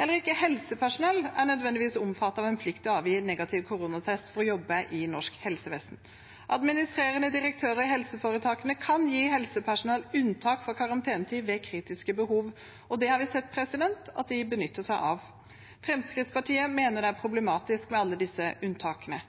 Heller ikke helsepersonell er nødvendigvis omfattet av en plikt til å avgi negativ koronatest for å jobbe i norsk helsevesen. Administrerende direktør i helseforetakene kan gi helsepersonell unntak fra karantenetid ved kritiske behov, og det har vi sett at de benytter seg av. Fremskrittspartiet mener det er problematisk med alle disse unntakene.